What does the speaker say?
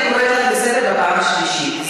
אני קוראת אותך לסדר בפעם השלישית.